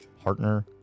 partner